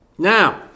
Now